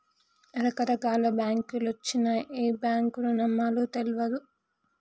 రకరకాల బాంకులొచ్చినయ్, ఏ బాంకును నమ్మాలో తెల్వదు